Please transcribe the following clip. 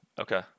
Okay